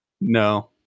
No